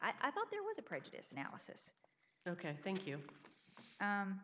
i thought there was a prejudice analysis ok thank you